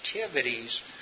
activities